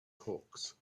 hawks